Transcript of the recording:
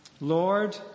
Lord